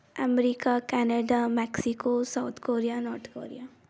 America Canada Mexico South Korea North Korea